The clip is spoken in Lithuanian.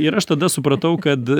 ir aš tada supratau kad